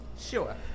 Sure